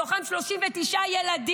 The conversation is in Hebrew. מתוכם 39 ילדים,